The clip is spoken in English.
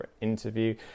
interview